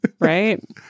Right